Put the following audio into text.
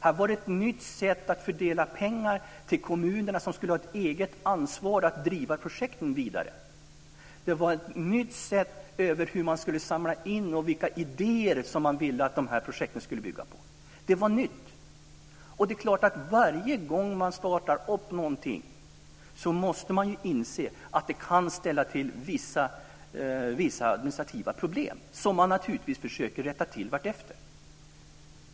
Här var det ett nytt sätt att fördela pengar till kommunerna, som skulle ha ett eget ansvar för att driva projekten vidare. Det var ett nytt sätt att hantera de idéer som man ville att projekten skulle bygga på. Det var nytt. Varje gång man startar någonting, måste man inse att det kan ställa till vissa administrativa problem, som man naturligtvis försöker rätta till vartefter.